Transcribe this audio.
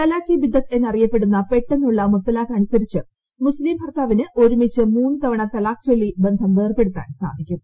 തലാഖ് ഇ ബിത്തദ് എന്ന് അറിയപ്പെടുന്ന പെട്ടെന്നുള്ള മുത്തലാഖ് അനുസരിച്ച് മുസ്തിം ഭർത്താവിന് ഒരുമിച്ച് മൂന്ന് തവണ തലാഖ് ചൊല്ലി ബന്ധം വേർപ്പെടുത്താൻ സാധിക്കും